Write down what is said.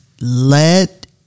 let